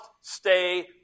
stay